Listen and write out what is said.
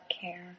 care